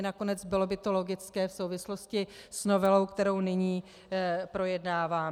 Nakonec bylo by to logické v souvislosti s novelou, kterou nyní projednáváme.